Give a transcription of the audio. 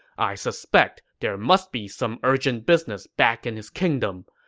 i suspect there must be some urgent business back in his kingdom,